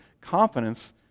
confidence